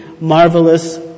marvelous